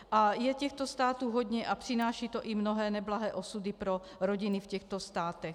A je těchto států hodně a přináší to i mnohé neblahé osudy pro rodiny v těchto státech.